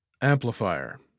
Amplifier